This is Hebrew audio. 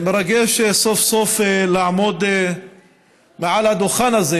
מרגש סוף-סוף לעמוד מעל הדוכן הזה